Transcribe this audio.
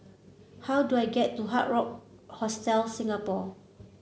how do I get to Hard Rock Hostel Singapore